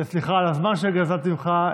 וסליחה על הזמן שגזלתי ממך,